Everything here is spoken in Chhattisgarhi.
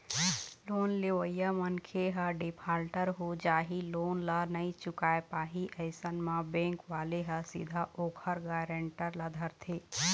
लोन लेवइया मनखे ह डिफाल्टर हो जाही लोन ल नइ चुकाय पाही अइसन म बेंक वाले ह सीधा ओखर गारेंटर ल धरथे